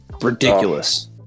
ridiculous